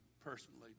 personally